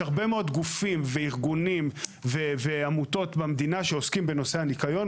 יש הרבה מאוד גופים וארגונים ועמותות במדינה שעוסקים בנושא הניקיון.